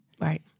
Right